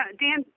Dan